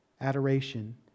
adoration